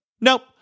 Nope